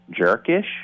jerkish